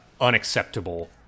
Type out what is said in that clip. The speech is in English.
unacceptable